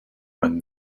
when